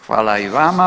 Hvala i vama.